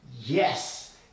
Yes